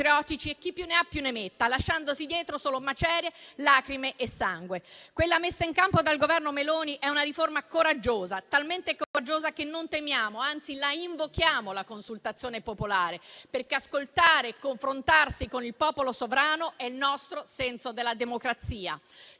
e chi più ne ha più ne metta, lasciandosi dietro solo macerie, lacrime e sangue. Quella messa in campo dal Governo Meloni è una riforma coraggiosa, talmente coraggiosa che non temiamo - anzi la invochiamo - la consultazione popolare, perché ascoltare e confrontarsi con il popolo sovrano è il nostro senso della democrazia.